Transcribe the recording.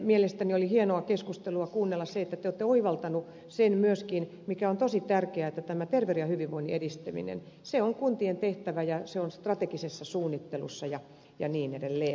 mielestäni oli hienoa keskustelussa kuulla se että te olette oivaltanut sen myöskin mikä on tosi tärkeää että terveyden ja hyvinvoinnin edistäminen on kuntien tehtävä ja se on strategisessa suunnittelussa ja niin edelleen